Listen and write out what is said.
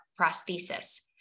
prosthesis